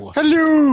Hello